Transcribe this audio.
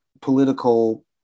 political